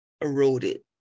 eroded